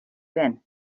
been